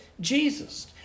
Jesus